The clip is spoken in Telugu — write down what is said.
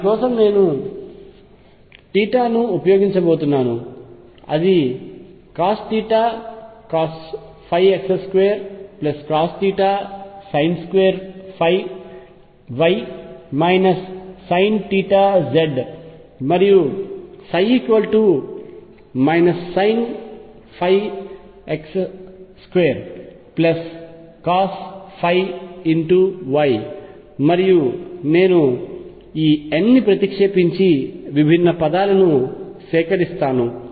దాని కోసం నేను ఉపయోగించబోతున్నాను అది cosθcosϕx cosθsinϕy sinθz మరియు sinϕx cosϕy మరియు నేను ఈ n ని ప్రతిక్షేపించి విభిన్న పదాలను సేకరిస్తాను